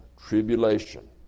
tribulation